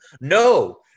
No